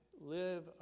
live